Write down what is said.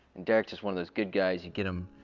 derik's just one of those good guys you get them,